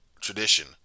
tradition